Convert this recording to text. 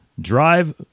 Drive